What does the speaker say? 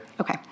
Okay